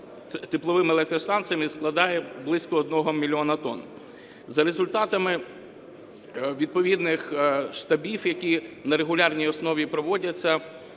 тепловими електростанціями, складає близько 1 мільйона тонн. За результатами відповідних штабів, які на регулярній основі проводяться,